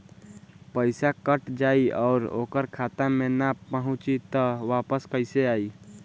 पईसा कट जाई और ओकर खाता मे ना पहुंची त वापस कैसे आई?